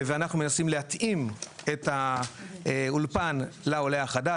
ואנחנו מנסים להתאים את האולפן לעולה החדש,